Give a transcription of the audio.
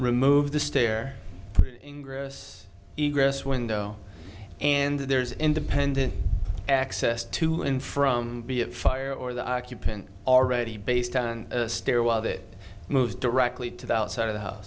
remove the stair ingress egress window and there's independent access to in from the a fire or the occupant already based on a stairwell that moves directly to the outside of the house